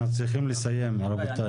אנחנו צריכים לסיים רבותיי.